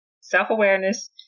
self-awareness